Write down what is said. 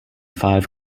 five